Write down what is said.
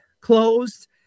closed